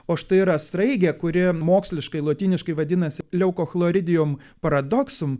o štai yra sraigė kuri moksliškai lotyniškai vadinasi leukochloridijum paradoksum